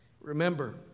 Remember